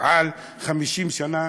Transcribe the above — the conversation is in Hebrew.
על 50 שנה